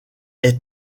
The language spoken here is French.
est